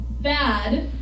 Bad